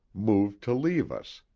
moved to leave us.